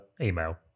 email